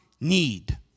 need